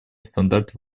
стандартов